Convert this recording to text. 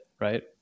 right